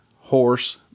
horse